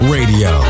Radio